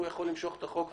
הוא יכול למשוך את החוק.